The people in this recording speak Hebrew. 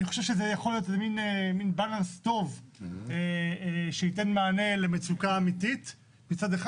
אני חושב שזה מין בלנס טוב שייתן מענה למצוקה אמיתית מצד אחד.